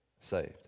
saved